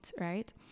right